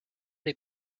les